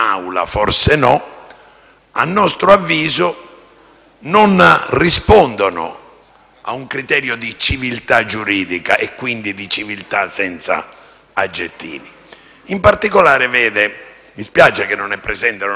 a nostro avviso essi non rispondono a un criterio di civiltà giuridica e, quindi, di civiltà senza aggettivi. In particolare, mi dispiace che non sia presente il senatore Giarrusso,